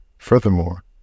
Furthermore